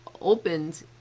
opened